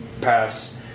pass